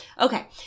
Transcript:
Okay